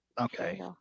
Okay